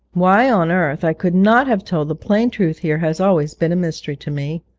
why on earth i could not have told the plain truth here has always been a mystery to me.